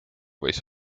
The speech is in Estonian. võis